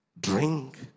drink